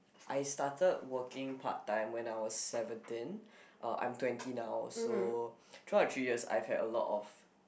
I started working part time when I was seventeen uh I'm twenty now so throughout the three years I have a lot